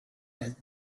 had